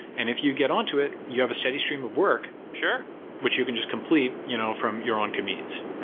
and if you get on to it, you have a steady stream of work which you can just complete you know from your own convenience.